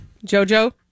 Jojo